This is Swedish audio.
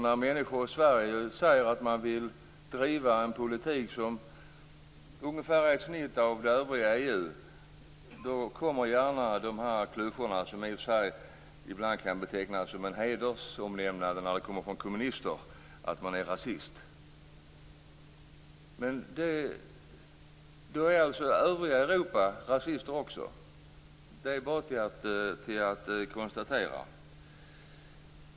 När människor i Sverige säger att de vill driva en politik som ungefär är ett snitt av övriga EU:s, kommer gärna klyschorna, som i och för sig ibland kan betecknas som hedersomnämnanden när de kommer från kommunister, att man är rasist. Då är alltså övriga Europa också rasistiskt. Det är bara att konstatera.